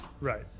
Right